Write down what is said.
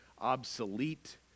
obsolete